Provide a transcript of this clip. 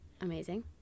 Amazing